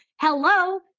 Hello